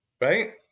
right